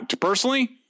Personally